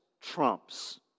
trumps